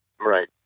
right